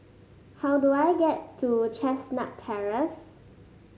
how do I get to Chestnut Terrace